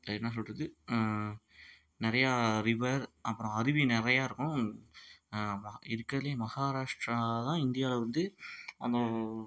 அது என்ன சொல்வது நெறையா ரிவர் அப்பறம் அருவி நெறையா இருக்கும் மா இருக்கிறதுலேயே மஹாராஷ்ட்ரா தான் இந்தியாவில் வந்து அந்த